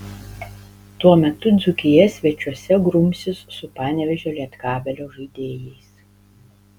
tuo metu dzūkija svečiuose grumsis su panevėžio lietkabelio žaidėjais